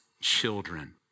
children